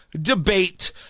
debate